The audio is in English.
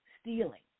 stealing